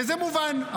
וזה מובן,